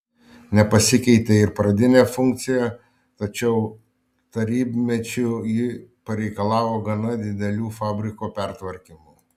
nepasikeitė ir pradinė funkcija tačiau tarybmečiu ji pareikalavo gana didelių fabriko pertvarkymų